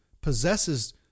possesses